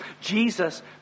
Jesus